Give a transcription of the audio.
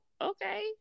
okay